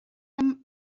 liom